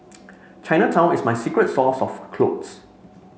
Chinatown is my secret source of clothes